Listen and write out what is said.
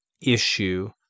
issue